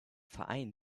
verein